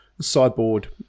Sideboard